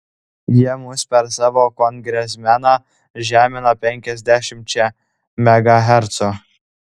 jie mus per savo kongresmeną žemina penkiasdešimčia megahercų